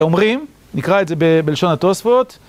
אומרים, נקרא את זה בלשון התוספות